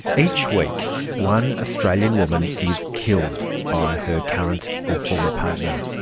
each week one australian woman is killed by her current or former partner.